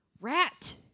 Rat